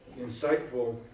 insightful